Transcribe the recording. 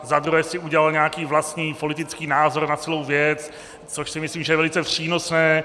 Za druhé si udělal nějaký vlastní politický názor na celou věc, což si myslím, že je velice přínosné.